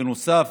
בנוסף,